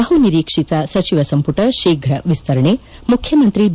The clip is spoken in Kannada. ಬಹು ನಿರೀಕ್ಷಿತ ಸಚಿವ ಸಂಪುಟ ಶೀಫ್ರ ವಿಸ್ತರಣೆ ಮುಖ್ಯಮಂತ್ರಿ ಬಿ